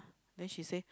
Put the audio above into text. then she say